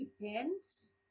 Depends